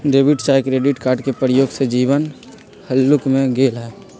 debit चाहे credit card के प्रयोग से जीवन हल्लुक भें गेल हइ